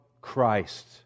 Christ